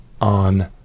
on